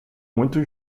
muito